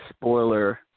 spoiler